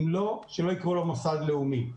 אם לא, שלא יקראו לו מוסד לאומי.